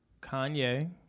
Kanye